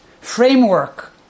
framework